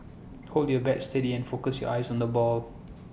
hold your bat steady and focus your eyes on the ball